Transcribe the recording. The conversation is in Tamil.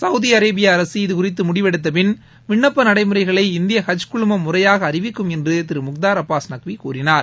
சௌதி அரேபியா அரசு இதுகுறித்து முடிவெடுத்தபின் விண்ணப்ப நடைமுறைகளை இந்திய ஹஜ் குழுமம் முறையாக என்று அறிவிக்கும் திரு முக்தார் அப்பாஸ் நக்வி கூறினார்